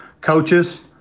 Coaches